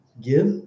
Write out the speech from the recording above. Give